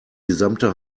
gesamte